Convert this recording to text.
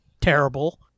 terrible